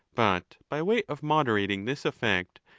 but by way, of moderating this effect,